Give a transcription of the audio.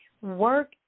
work